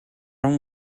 арван